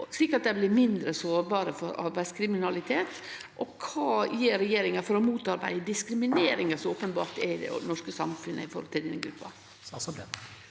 slik at dei blir mindre sårbare for arbeidskriminalitet? Kva gjer regjeringa for å motarbeide diskrimineringa som openbert er i det norske samfunnet overfor denne gruppa?